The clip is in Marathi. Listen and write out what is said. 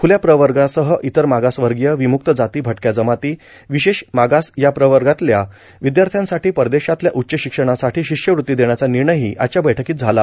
खुल्या प्रवर्गासह इतर मागासवर्गीय विम्रक्त जाती भटक्या जमाती विशेष मागास या प्रवर्गातलया विद्यार्थ्यासाठी परदेशातल्या उच्च शिक्षणासाठी शिष्यवृत्ती देण्याचा निर्णयही आजच्या बैठकीत झाला